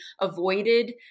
avoided